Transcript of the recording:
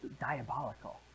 diabolical